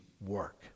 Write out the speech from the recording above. work